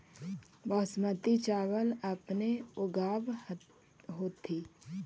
बासमती चाबल अपने ऊगाब होथिं?